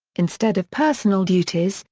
instead of personal duties,